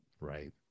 right